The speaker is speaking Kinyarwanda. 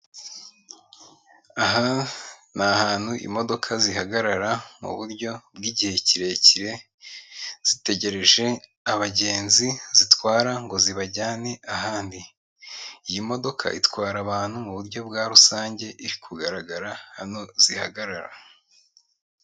Aha ni ahantu imodoka zihagarara mu buryo bw'igihe kirekire, zitegereje abagenzi zitwara ngo zibajyane ahandi. Iyi modoka itwara abantu mu buryo bwa rusange, iri kugaragara hano zihagarara.